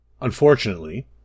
Unfortunately